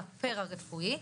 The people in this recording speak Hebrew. לפרה-רפואי,